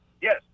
Yes